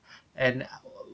and